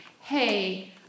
hey